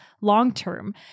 long-term